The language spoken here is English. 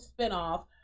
spinoff